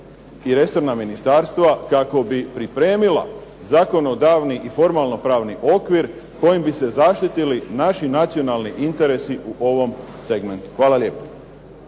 i resorna ministarstva kako bi pripremila zakonodavni i formalno-pravni okvir kojim bi se zaštitili naši nacionalni interesi u ovom segmentu. Hvala lijepa.